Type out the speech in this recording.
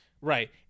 Right